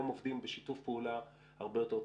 טריטוריאליים היום עובדים בשיתוף פעולה הרבה יותר טוב.